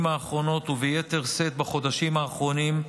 בשנים האחרונות, וביתר שאת בחודשים האחרונים,